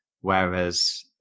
Whereas